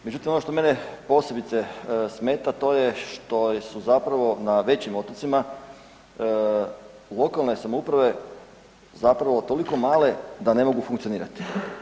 Međutim, ono što mene posebice smeta to je što su zapravo na većim otocima lokalne samouprave zapravo toliko male da ne mogu funkcionirati.